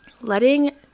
letting